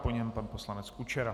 Po něm pan poslanec Kučera.